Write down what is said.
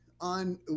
on